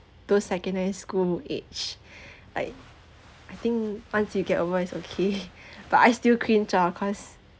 those secondary school age like I think once you get over it's okay but I still cringe ah cause